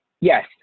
yes